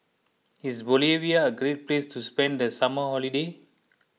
is Bolivia a great place to spend the summer holiday